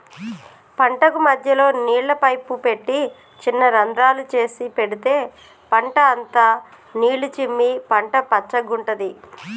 పంటకు మధ్యలో నీళ్ల పైపు పెట్టి చిన్న రంద్రాలు చేసి పెడితే పంట అంత నీళ్లు చిమ్మి పంట పచ్చగుంటది